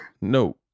No